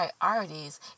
priorities